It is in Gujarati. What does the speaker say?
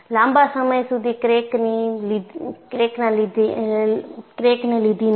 લાંબા સમય સુધી ક્રેકને લીધી નથી